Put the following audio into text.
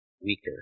weaker